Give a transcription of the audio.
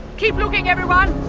keep looking, everyone!